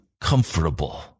comfortable